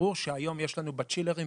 קירור שהיום יש לנו בצ'ילרים ובמזגנים.